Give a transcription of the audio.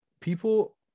people